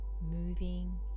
moving